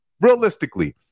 realistically